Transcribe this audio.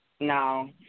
No